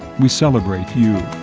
we celebrate you.